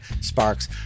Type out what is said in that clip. sparks